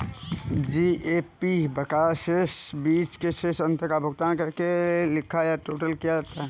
GAP बकाया शेष के बीच शेष अंतर का भुगतान करके लिखा या टोटल किया जाता है